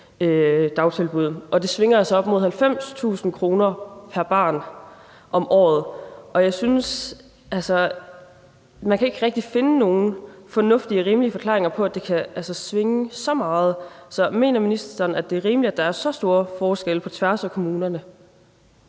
og det svinger altså med op mod 90.000 kr. pr. barn om året. Jeg synes ikke rigtig, man kan finde nogen fornuftige og rimelige forklaringer på, at det kan svinge så meget. Mener ministeren, at det er rimeligt, at der er så store forskelle på tværs af kommunerne?